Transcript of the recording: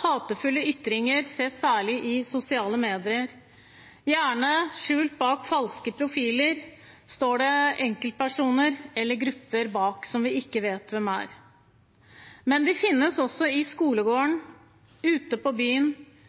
Hatefulle ytringer ses særlig i sosiale medier, gjerne skjult bak falske profiler, der det står en enkeltperson eller gruppe bak som vi ikke vet hvem er. De finnes også i skolegården, ute på byen